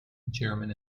german